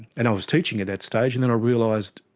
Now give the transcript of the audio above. and i was teaching at that stage, and then i realised,